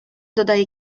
dodaję